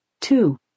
two